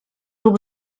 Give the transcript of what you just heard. rób